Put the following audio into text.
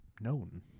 known